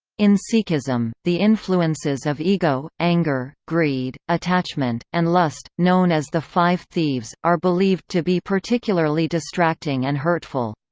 in sikhism, the influences of ego, anger, greed, attachment, and lust, known as the five thieves, are believed to be particularly distracting and hurtful.